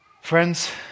Friends